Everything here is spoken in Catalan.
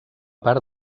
part